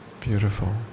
Beautiful